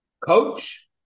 coach